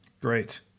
Great